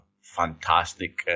fantastic